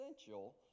essential